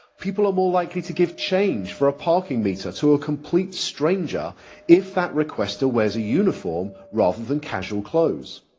people are more likely to give change for a parking meter to a complete stranger if that requester wears a uniform rather than casual clothes.